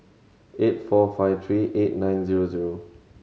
eight four five three eight nine zero zero